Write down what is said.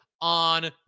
on